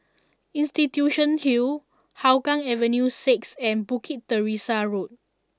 Institution Hill Hougang Avenue Six and Bukit Teresa Road